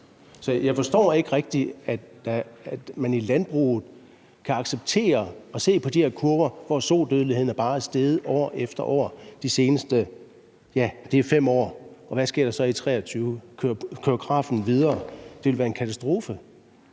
Så jeg forstår ikke rigtig, at man i landbruget kan acceptere at se på de her kurver, der viser, at sodødeligheden bare er steget år efter år de seneste 4-5 år, og hvad sker der så i 2023? Kører grafen videre? Det vil være en katastrofe.